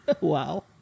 Wow